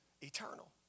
eternal